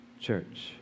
Church